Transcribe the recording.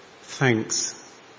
thanks